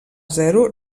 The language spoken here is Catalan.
zero